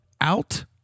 out